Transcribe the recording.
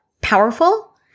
powerful